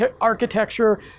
architecture